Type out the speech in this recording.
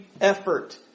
effort